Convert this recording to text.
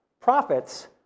profits